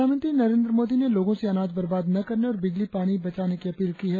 प्रधानमंत्री नरेंद्र मोदी ने लोगों से अनाज बर्बाद न करने और बिजली पानी बचाने की अपील की है